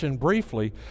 briefly